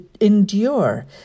Endure